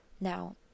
Now